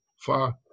far